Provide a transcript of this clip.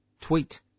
tweet